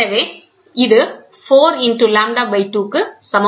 எனவே இது 4 லாம்ப்டா 2 க்கு சமமாகிறது